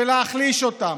ולהחליש אותן,